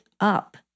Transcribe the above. up